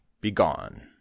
Begone